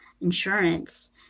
insurance